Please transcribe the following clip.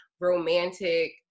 romantic